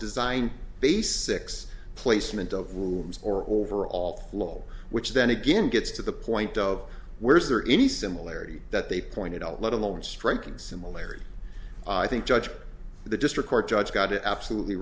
design basics placement of rooms or overall flow which then again gets to the point of where is there any similarity that they pointed out let alone striking similarity i think judge the district court judge got it absolutely